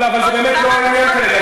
אבל זה באמת לא העניין כרגע,